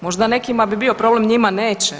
Možda nekima bi bio problem, njima neće.